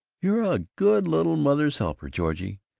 you're a good little mother's-helper, georgie.